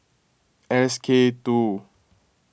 S K two